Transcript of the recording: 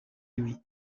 lui